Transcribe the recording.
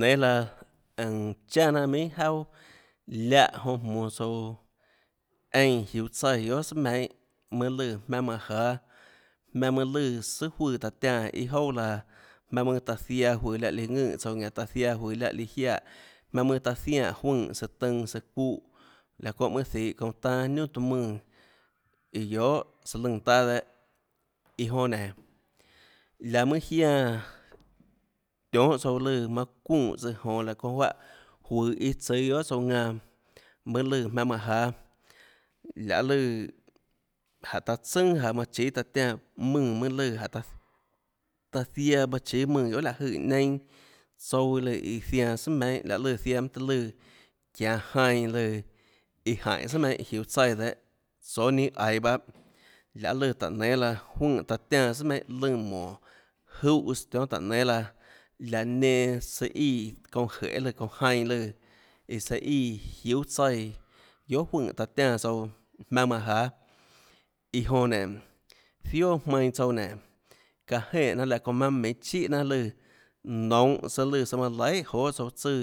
Nénâ laã ønå chaà jnanhà minhà jauà láhã jonã jmonå tsouã eínã jiuå tsaíã guiohà tsùà meinhâ mønâ lùã jmaønâ manã jáâ jmaønâ mønâ lùã sùà juùã taã tiánã iâ jouà laã maønâ mønâ taã ziaã juøå láhã líã ðønè tsouã taã zia juøå láhã líã jiaè jmaønâ mønâ ta zianè juønè søã tønã søã çúhã laå çónhã mønâ zihå çounã tanâ niunà taã mùnã iã guiohà søã lùnã taâ dehâ iã jonã nénå laå mønâ jiánã tionhâ tsouã lùã manã çuunè tsøâã jonå láhã çónhã juáhã iâ tsùâ guiohà tsouã ðanã mønâ lùã jmaønâ manã jáâ lahê lùã jánhå taã tsønà jaå manã chíâ taã tiánã mùnã mønâ lùã jánhå taã ziaã manã chíâ mùnã guiohà láhå jøè neinâ tsouâ lùã iã zianã tsùà meinhâ lahê lùã ziaã mønâ tøê lùã çianå jainã lùã iã jaínhå sùà meinhâ jiuå tsaíã dehâ tsóâ ninâ aiå bahâ lahê lùã táhå nénâ laã juøè taã tiánã sùà meinhâ lùã mónå júhãs tionhâ táhå nénâ laã laå nenã søã íã jeê lùã çounã jainã lùã iã saíã jiúâ tsaíã guiohà juønè taã tiánã tsouã maønâ manã jáâ iã onã nénå zioà jmainã tsouã nénå çaã jeè jnanà laå çónhã mønâ minhå chíhà jnanà lùã nounhå søã lùnã søã manã laihà johê tsouã tsùã